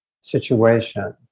situation